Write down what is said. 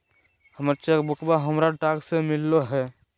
हमर चेक बुकवा हमरा डाक से मिललो हे